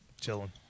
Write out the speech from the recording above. Chilling